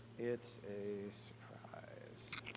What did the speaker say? it's a surprise.